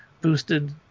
boosted